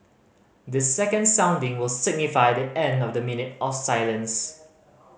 the second sounding will signify the end of the minute of silence